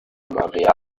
marianne